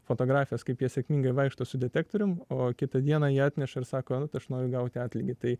fotografijas kaip jie sėkmingai vaikšto su detektorium o kitą dieną jie atneša ir sako vat aš noriu gauti atlygį tai